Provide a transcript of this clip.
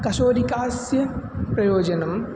कशोरिकायाः प्रयोजनम्